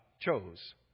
chose